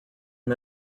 him